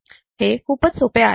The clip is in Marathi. हे खूपच सोपे आहे